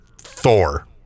Thor